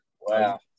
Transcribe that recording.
Wow